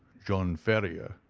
john ferrier,